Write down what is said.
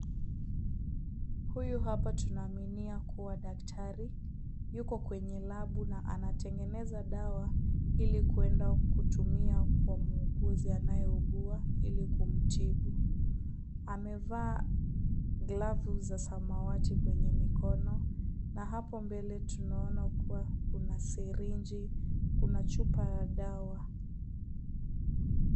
Huyu hapa tunaaminia kuwa daktari. Yuko kwenye labu na anatengeneza dawa ili kuenda kutumia kwa muuguzi anayeugua ili kumtibu. Amevaa glavu za samawati kwenye mikono na hapo mbele tunaona kua kuna sirinji, kuna chupa ya dawa.